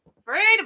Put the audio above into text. Freedom